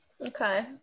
Okay